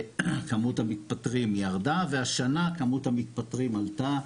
כמות המתפטרים ירדה והשנה כמות המתפטרים עלתה